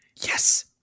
Yes